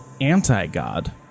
anti-God